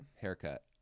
Haircut